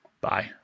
Bye